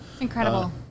Incredible